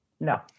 no